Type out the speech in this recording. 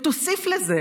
ותוסיף לזה